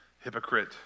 hypocrite